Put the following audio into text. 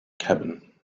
cabin